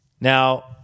Now